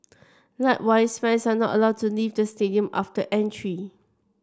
likewise fans are not allowed to leave the stadium after entry